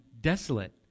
desolate